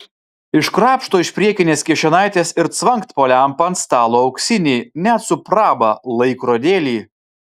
iškrapšto iš priekinės kišenaitės ir cvangt po lempa ant stalo auksinį net su praba laikrodėlį